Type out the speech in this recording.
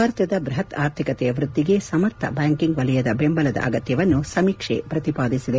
ಭಾರತದ ಬೃಹತ್ ಆರ್ಥಿಕತೆಯ ವ್ಯದ್ಧಿಗೆ ಸಮರ್ಥ ಬ್ಯಾಂಕಿಂಗ್ ವಲಯದ ಬೆಂಬಲದ ಅಗತ್ಯವನ್ನು ಸಮೀಕ್ಷೆ ಪ್ರತಿಪಾದಿಸಿದೆ